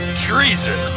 treason